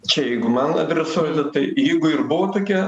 čia jeigu man adresuojate tai jeigu ir buvo tokie